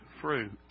fruit